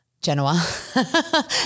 Genoa